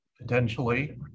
Potentially